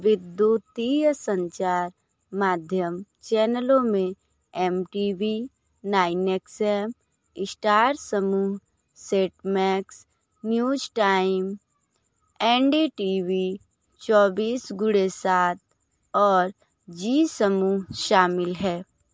विद्युतीय संचार माध्यम चैनलों में M T V nine X M Star समूह Set Max News Time N D T V चौबीस गुणे सात और जी समूह शामिल हैं